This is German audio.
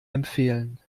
empfehlen